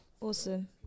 awesome